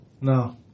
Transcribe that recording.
No